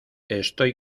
estoy